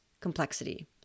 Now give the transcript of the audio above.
complexity